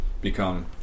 become